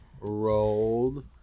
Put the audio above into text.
rolled